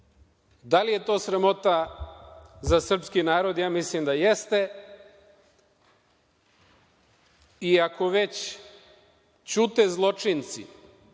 Da li je to sramota za srpski narod? Mislim da jeste i ako već ćute zločinci,